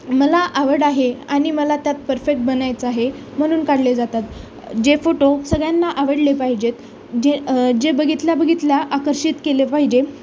मला आवड आहे आणि मला त्यात परफेक्ट बनायचं आहे म्हणून काढले जातात जे फोटो सगळ्यांना आवडले पाहिजेत जे जे बघितल्या बघितल्या आकर्षित केले पाहिजे